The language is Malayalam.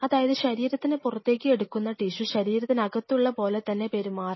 അതായത് ശരീരത്തിനു പുറത്തേക്ക് എടുക്കുന്ന ടിഷ്യു ശരീരത്തിനകത്തുള്ള പോലെ തന്നെ പെരുമാറണം